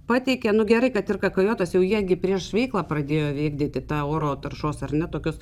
pateikė nu gerai kad ir kakajotas jau jie gi prieš veiklą pradėjo vykdyti tą oro taršos ar ne tokius